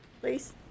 please